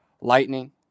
Lightning